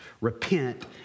Repent